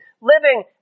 living